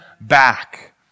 back